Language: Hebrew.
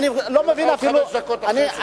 נתתי לך עוד חמש דקות של חסד.